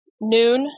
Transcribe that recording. noon